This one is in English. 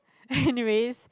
anyways